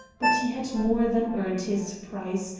but he had more than earned his price,